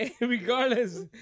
regardless